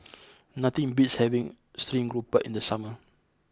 nothing beats having Stream Grouper in the summer